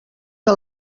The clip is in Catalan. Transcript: que